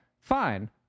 fine